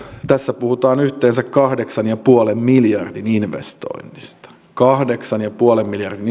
tässä puhutaan yhteensä kahdeksan pilkku viiden miljardin investoinnista kahdeksan pilkku viiden miljardin